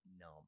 numb